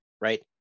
right